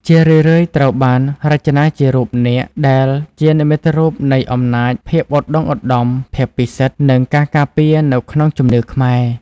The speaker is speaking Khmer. ជារឿយៗត្រូវបានរចនាជារូប នាគ ដែលជានិមិត្តរូបនៃ អំណាច ភាពឧត្តុង្គឧត្តម ភាពពិសិដ្ឋ និងការការពារ នៅក្នុងជំនឿខ្មែរ។